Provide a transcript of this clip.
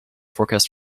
forecast